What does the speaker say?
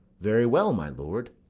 very well, my lord.